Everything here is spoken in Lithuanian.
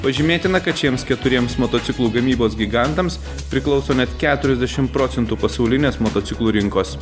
pažymėtina kad šiems keturiems motociklų gamybos gigantams priklauso net keturiasdešim procentų pasaulinės motociklų rinkos